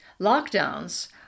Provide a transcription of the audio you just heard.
Lockdowns